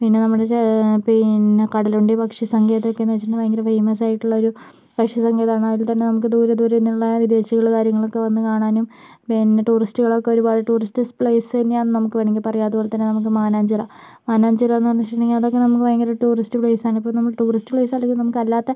പിന്നെ നമ്മുടെ പിന്നെ കടലുണ്ടി പക്ഷി സങ്കേതം ഒക്കെന്ന് വെച്ചിട്ടുണ്ടെങ്കിൽ ഭയങ്കര ഫേമസ് ആയിട്ടുള്ള ഒരു പക്ഷി സങ്കേതമാണ് അതിൽ തന്നെ നമുക്ക് ദൂരെ ദൂരെ നിന്നുള്ള വിദേശികള് കാര്യങ്ങളൊക്കെ വന്നു കാണാനും പിന്നെ ടൂറിസ്റ്റുകൾ ഒക്കെ ഒരുപാട് ടൂറിസ്റ്റ് പ്ലേസ് തന്നെയാണെന്ന് നമുക്ക് വേണമെങ്കിൽ പറയാം അതുപോലെത്തന്നെ നമുക്ക് മാനാഞ്ചിറ മാനാഞ്ചിറ എന്ന് പറഞ്ഞിട്ടുണ്ടെങ്കിൽ അതൊക്കെ നമുക്ക് ഭയങ്കര ടൂറിസ്റ്റ് പ്ലേസ് ആണ് ഇപ്പം നമ്മള് ടൂറിസ്റ്റ് പ്ലേസ് അല്ലെങ്കിലും നമുക്ക് അല്ലാത്ത